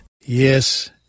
Yes